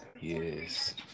Yes